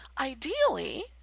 Ideally